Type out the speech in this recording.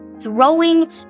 throwing